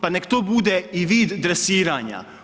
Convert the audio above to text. Pa neka to bude i vid dresiranja.